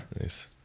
Nice